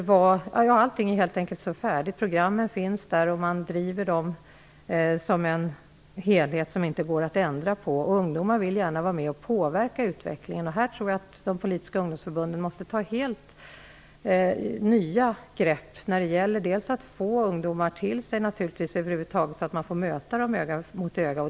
Allting är helt enkelt så färdigt, programmen finns där, och de drivs som en helhet som inte går att ändra på. Ungdomar vill gärna vara med och påverka utvecklingen. Jag tror att de politiska ungdomsförbunden måste ta helt nya grepp när det gäller att över huvud taget locka ungdomar till sig, så att man får möta dem öga mot öga.